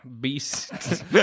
Beast